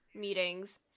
meetings